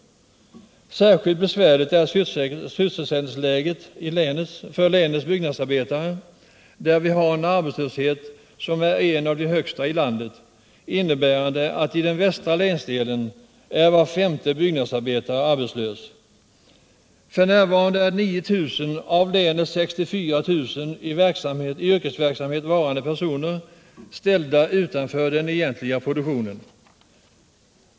Särskilt besvärligt är sysselsättningsläget för länets byggnadsarbetare. Här är arbetslöshetssiffran en av de högsta i landet, innebärande att i den västra länsdelen var femte byggnadsarbetare är arbetslös. F.n. är 9 000 av länets 64 000 i yrkesverksamhet varande personer ställda utanför den egentliga produktionen.